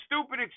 stupid